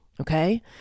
Okay